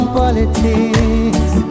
politics